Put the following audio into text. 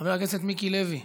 חבר הכנסת מיקי לוי,